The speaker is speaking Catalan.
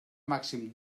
màxim